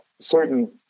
certain